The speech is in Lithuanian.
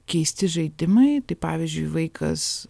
keisti žaidimai tai pavyzdžiui vaikas